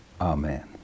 Amen